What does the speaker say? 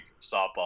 softball